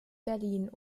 berlin